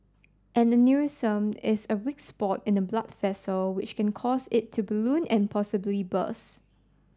an aneurysm is a weak spot in a blood vessel which can cause it to balloon and possibly burst